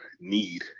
need